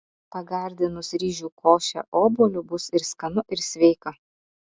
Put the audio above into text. pagardinus ryžių košę obuoliu bus ir skanu ir sveika